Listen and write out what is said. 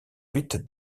vite